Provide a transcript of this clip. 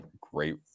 great